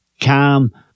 calm